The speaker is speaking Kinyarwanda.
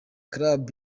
club